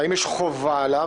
האם יש חובה עליו.